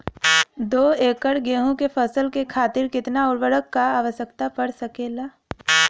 दो एकड़ गेहूँ के फसल के खातीर कितना उर्वरक क आवश्यकता पड़ सकेल?